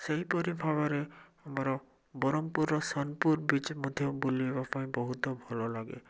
ସେହିପରି ଭାବରେ ଆମର ବ୍ରହ୍ମପୁର ସୋନପୁର ବିଚ୍ ମଧ୍ୟ ବୁଲିବା ପାଇଁ ବହୁତ ଭଲ ଲାଗେ